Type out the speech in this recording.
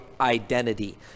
identity